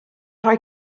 rhoi